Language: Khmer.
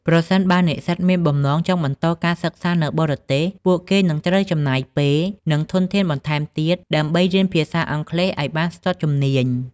ប្រសិនបើនិស្សិតមានបំណងចង់បន្តការសិក្សានៅបរទេស ពួកគេនឹងត្រូវចំណាយពេល និងធនធានបន្ថែមទៀតដើម្បីរៀនភាសាអង់គ្លេសឱ្យបានស្ទាត់ជំនាញ។